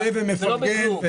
מודה ומפרגן.